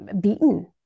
beaten